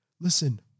listen